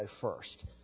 first